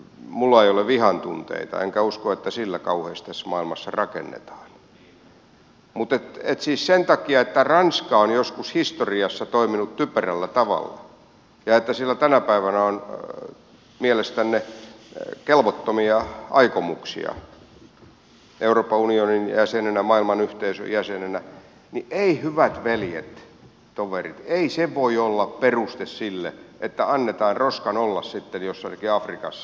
minulla ei ole vihantunteita enkä usko että sillä kauheasti tässä maailmassa rakennetaan mutta siis se että ranska on joskus historiassa toiminut typerällä tavalla ja että sillä tänä päivänä on mielestänne kelvottomia aikomuksia euroopan unionin jäsenenä maailmanyhteisön jäsenenä ei hyvät veljet toverit voi olla peruste sille että annetaan roskan olla sitten jos se onkin afrikassa